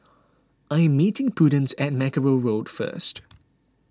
I am meeting Prudence at Mackerrow Road first